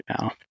now